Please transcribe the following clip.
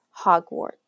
Hogwarts